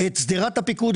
את שדרת הפיקוד,